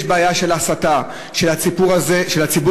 יש בעיה של הסתה נגד הציבור הזה,